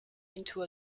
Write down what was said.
into